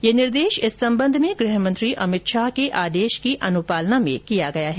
यह निर्देश इस संबंध में गृह मंत्री अमित शाह के आदेश की अनुपालना में किया गया है